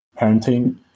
parenting